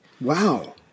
Wow